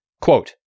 Quote